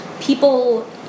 People